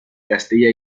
castilla